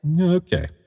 Okay